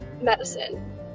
medicine